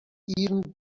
even